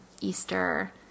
Easter